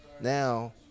now